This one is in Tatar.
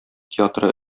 театры